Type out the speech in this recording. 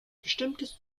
bestimmtes